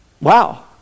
Wow